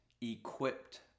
equipped